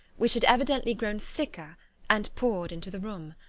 which had evidently grown thicker and poured into the room.